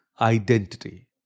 identity